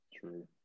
True